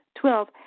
Twelve